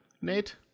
Nate